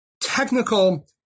technical